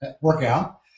workout